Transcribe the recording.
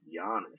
Giannis